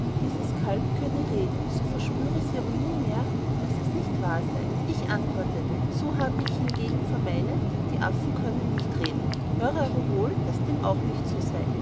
dieses kalb könne reden so verspüre sie aber nunmehr daß es nicht wahr sei ich antwortete so habe ich hingegen vermeinet die affen können nicht reden höre aber wohl daß dem auch nicht also sei